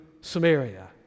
Samaria